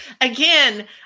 Again